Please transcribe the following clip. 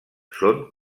són